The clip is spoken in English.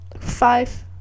Five